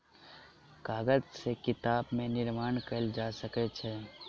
कागज से किताब के निर्माण कयल जा सकै छै